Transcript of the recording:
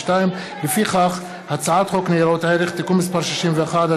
62. לפיכך, הצעת חוק ניירות ערך (תיקון מס' 61),